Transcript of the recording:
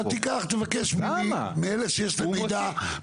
אל תיקח, תבקש ממני, מאלה שיש להם מידע.